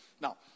Now